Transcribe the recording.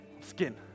skin